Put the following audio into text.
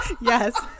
yes